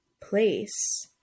place